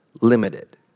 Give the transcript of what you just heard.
limited